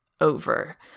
over